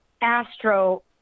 Astro